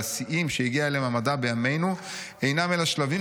והשיאים שהגיע אליהם המדע בימינו אינם אלא שלבים